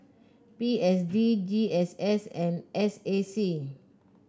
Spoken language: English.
P S D G S S and S A C